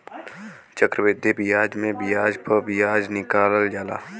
चक्रवृद्धि बियाज मे बियाज प बियाज निकालल जाला